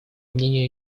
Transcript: мнению